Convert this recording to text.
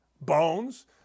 Bones